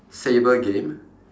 saber game